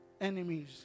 enemies